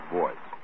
voice